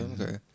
okay